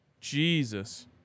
Jesus